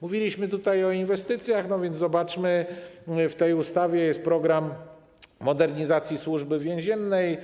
Mówiliśmy tutaj o inwestycjach, zobaczmy więc: w tej ustawie jest „Program modernizacji Służby Więziennej